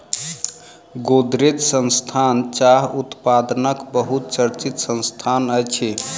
गोदरेज संस्थान चाह उत्पादनक बहुत चर्चित संस्थान अछि